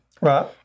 Right